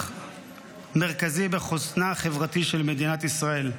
מרכזי בחוסנה החברתי של מדינת ישראל,